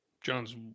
John's